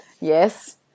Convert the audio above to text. Yes